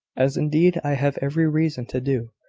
as indeed i have every reason to do.